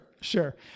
sure